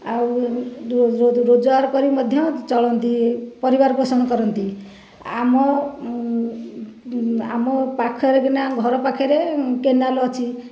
ଓ ରୋଜଗାର କରି ମଧ୍ୟ ଚଳନ୍ତି ପରିବାର ପୋଷଣ କରନ୍ତି ଆମ ଆମ ପାଖରେ ଘର ପାଖରେ କେନାଲ ଅଛି